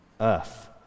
earth